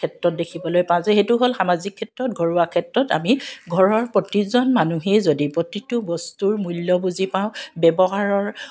ক্ষেত্ৰত দেখিবলৈ পাওঁ যে সেইটো হ'ল সামাজিক ক্ষেত্ৰত ঘৰুৱা ক্ষেত্ৰত আমি ঘৰৰ প্ৰতিজন মানুহেই যদি প্ৰতিটো বস্তুৰ মূল্য বুজি পাওঁ ব্যৱহাৰৰ